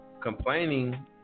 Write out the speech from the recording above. Complaining